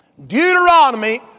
Deuteronomy